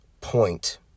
point